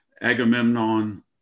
Agamemnon